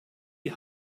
die